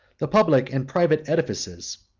the public and private edifices,